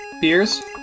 beers